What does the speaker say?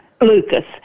Lucas